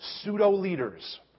pseudo-leaders